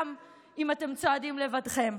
גם אם אתם צועדים לבדכם.